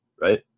right